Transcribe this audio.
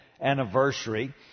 anniversary